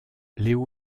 léo